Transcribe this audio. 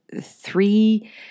three